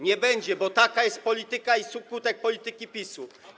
Nie będzie, bo taka jest polityka i skutek polityki PiS-u.